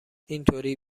اینطوری